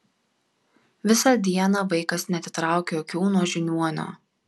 visą dieną vaikas neatitraukė akių nuo žiniuonio